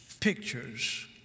pictures